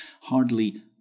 hardly